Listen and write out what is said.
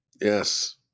Yes